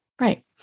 Right